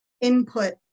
input